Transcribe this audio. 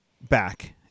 back